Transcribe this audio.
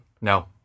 No